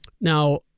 Now